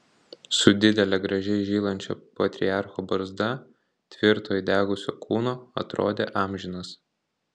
su didele gražiai žylančia patriarcho barzda tvirto įdegusio kūno atrodė amžinas